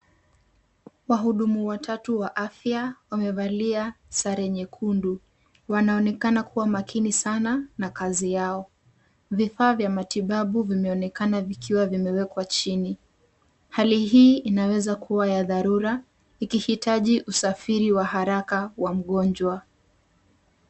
Wahudumu watatu wa afya wamevalia sare nyekundu, wanaonekana kuwa makini sana na kazi yao. Vifaa vya matibabu vimeonekana vikiwa vimewekwa chini. Hali hii inaweza kuwa ya dharura ikihitaji usafiri wa haraka wa mgonjwa.